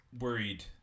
worried